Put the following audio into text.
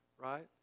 right